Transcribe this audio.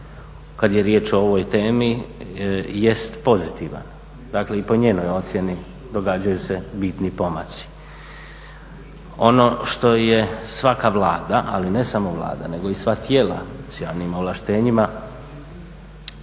kad je riječ o ovoj temi jest pozitivan. Dakle, i po njenoj ocjeni događaju se bitni pomaci. Ono što je svaka Vlada, ali ne samo Vlada nego i sva tijela s javnim ovlaštenjima